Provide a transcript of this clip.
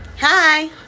Hi